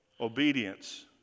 Obedience